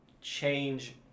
change